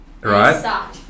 Right